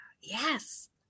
Yes